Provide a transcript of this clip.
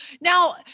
Now